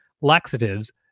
laxatives